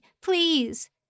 please